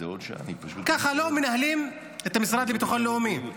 ככה לא מנהלים את המשרד לביטחון לאומי.